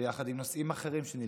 ויחד עם נושאים אחרים שנלקחו.